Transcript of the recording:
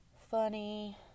funny